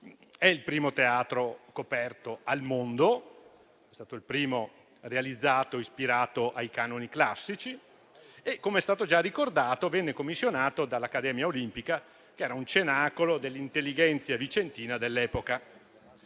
il primo teatro coperto al mondo, è stato il primo realizzato ispirandosi ai canoni classici. Come è stato già ricordato, venne commissionato dall'Accademia Olimpica, che era un cenacolo dell'intellighenzia vicentina dell'epoca.